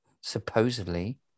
Supposedly